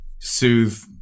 soothe